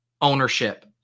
ownership